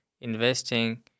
investing